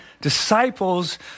disciples